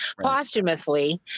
posthumously